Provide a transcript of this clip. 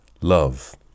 Love